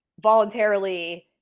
voluntarily